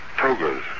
Togas